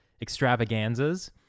extravaganzas